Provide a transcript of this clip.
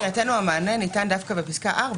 מבחינתנו המענה ניתן דווקא בפסקה (4).